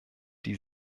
die